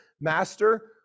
master